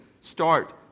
start